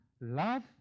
love